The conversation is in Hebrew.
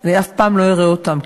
אני אף פעם לא אראה אותם,